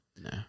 No